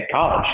college